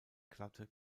glatte